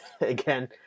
Again